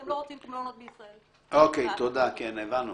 אוקי, אני אאפשר לארבעה דוברים, אחר כך אני עובר